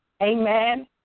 Amen